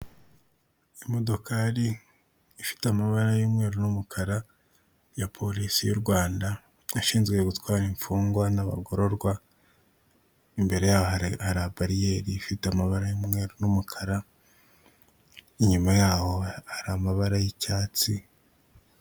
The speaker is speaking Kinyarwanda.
Imodokari ifite amabara y'umweru n'umukara ya polisi y'u Rwanda ishinzwe gutwara imfungwa n'abagororwa, imbere yaho hari bariyeri ifite amabara y'umweru n'umukara inyuma yaho hari amabara y'icyatsi.